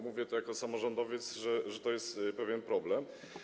Mówię jako samorządowiec, że to jest pewien problem.